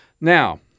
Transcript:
Now